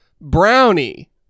Brownie